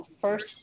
first